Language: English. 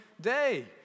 day